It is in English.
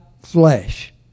flesh